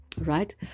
right